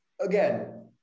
again